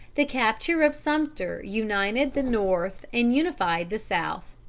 the capture of sumter united the north and unified the south.